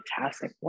fantastic